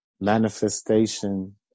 manifestation